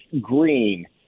Green